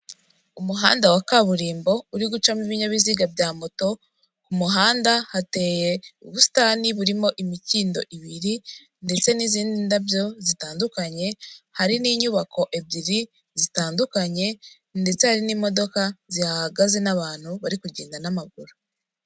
Umuhanda wa kaburimbo uri gucamo ibinyabiziga bya moto, ku muhanda hateye ubusitani burimo imikindo ibiri ndetse n'izindi ndabyo zitandukanye, hari n'inyubako ebyiri zitandukanye ndetse hari n'imodoka zihahagaze n'abantu bari kugenda n'amaguru.